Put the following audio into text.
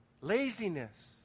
Laziness